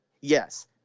Yes